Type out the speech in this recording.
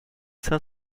cinq